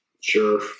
Sure